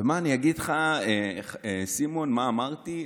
ומה אני אגיד לך, סימון, מה אמרתי?